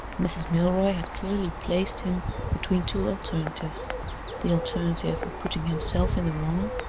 mrs. milroy had clearly placed him between two alternatives the alternative of putting himself in the wrong,